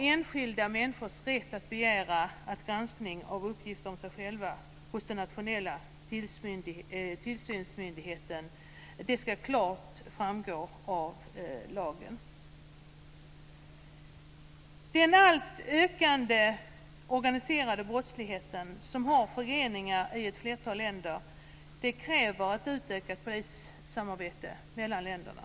Enskilda människors rätt att begära granskning av uppgifter om sig själva hos den nationella tillsynsmyndigheten ska klart framgå av lagen. Den alltmer ökande organiserade brottsligheten, som har förgreningar i ett flertal länder, kräver ett utökat polissamarbete mellan länderna.